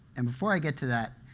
and before i get to that,